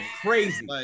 Crazy